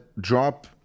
drop